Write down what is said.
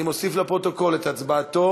אני מוסיף לפרוטוקול את הצבעתם